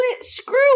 screw